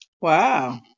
Wow